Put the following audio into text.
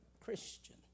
Christian